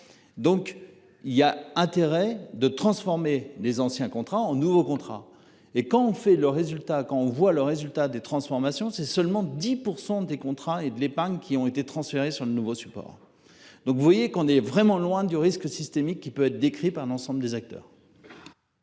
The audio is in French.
Donc il y a intérêt de transformer les anciens contrats en nouveaux contrats et quand on fait le résultat quand on voit le résultat des transformations c'est seulement 10% des contrats et de l'épargne, qui ont été transférés sur le nouveau support. Donc vous voyez qu'on est vraiment loin du risque systémique, qui peut être décrit par l'ensemble des acteurs.